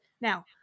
Now